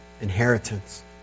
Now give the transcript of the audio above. inheritance